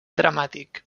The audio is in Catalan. dramàtic